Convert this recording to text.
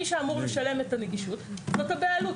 מי שאמור לשלם את הנגישות זאת הבעלות.